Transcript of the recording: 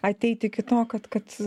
ateit iki to kad kad